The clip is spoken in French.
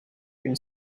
une